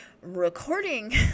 recording